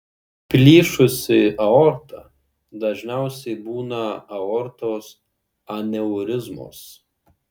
plyšusi aorta dažniausiai būna aortos aneurizmos